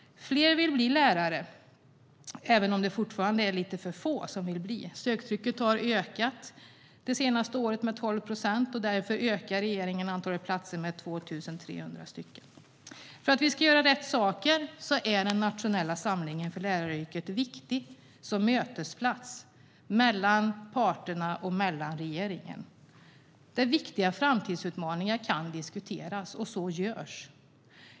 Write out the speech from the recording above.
Fler vill bli lärare, även om det fortfarande är för få som vill bli det. Söktrycket har ökat det senaste året med 12 procent. Därför ökar regeringen antalet platser med 2 300. För att vi ska göra rätt saker är Nationell samling för läraryrket viktig som mötesplats mellan parterna och regeringen där viktiga framtidsutmaningar kan diskuteras. Och så görs.